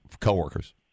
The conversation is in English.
coworkers